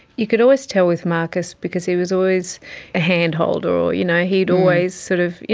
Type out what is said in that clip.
you could always tell with marcus because he was always a hand-holder or, you know, he'd always sort of, you